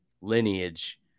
lineage